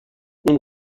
اون